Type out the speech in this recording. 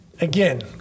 Again